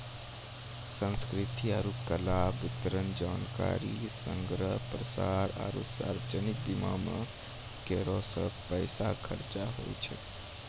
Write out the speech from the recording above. संस्कृति आरु कला, वितरण, जानकारी संग्रह, प्रसार आरु सार्वजनिक बीमा मे करो के पैसा खर्चा होय छै